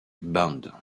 band